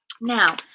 now